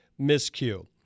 miscue